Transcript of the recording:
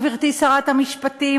גברתי שרת המשפטים,